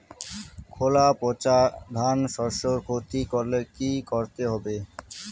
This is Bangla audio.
খোলা পচা ধানশস্যের ক্ষতি করলে কি করতে হবে?